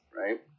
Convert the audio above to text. right